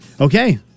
Okay